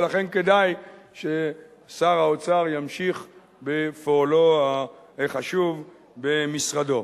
ולכן כדאי ששר האוצר ימשיך בפועלו החשוב במשרדו.